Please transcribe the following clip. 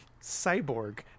Cyborg